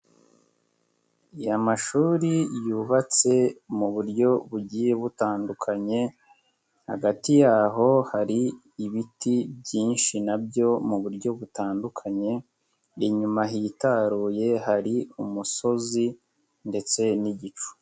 Amashuri yubatse mu buryo bugiye butandukanye hagati y'aho hari ibiti byinshi na byo mu buryo butandukanye, inyuma hitaruye hari umusozi ndetse n'igicu.